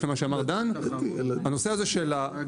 למה שאמר דן הנושא של הרגולציה,